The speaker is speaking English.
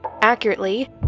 accurately